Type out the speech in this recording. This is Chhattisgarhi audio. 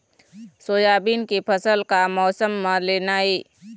सोयाबीन के फसल का मौसम म लेना ये?